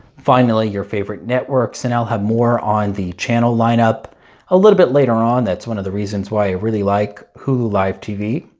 finally your favorite networks and i'll have more on the channel lineup a little bit later on that's one of the reasons why i really like hulu live tv.